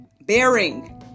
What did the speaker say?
bearing